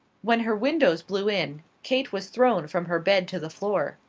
when her windows blew in, kate was thrown from her bed to the floor.